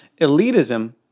Elitism